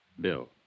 Bill